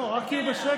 לא, רק תהיו בשקט.